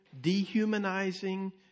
dehumanizing